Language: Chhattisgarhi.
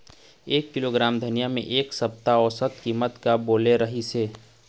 एक किलोग्राम धनिया के एक सप्ता औसत कीमत का बोले रीहिस?